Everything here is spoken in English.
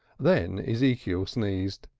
then ezekiel sneezed.